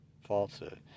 falsehood